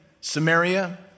Samaria